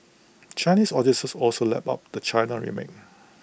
Chinese audiences also lapped up the China remake